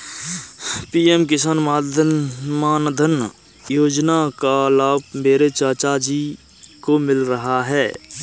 PM Kisan Maandhan Yojana का लाभ मेरे चाचा जी को मिल रहा है